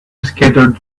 scattered